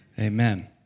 Amen